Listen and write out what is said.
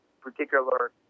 particular